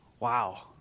wow